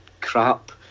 crap